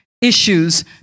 issues